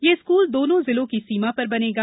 यह स्कूल दोनों जिलों की सीमा पर बनेगा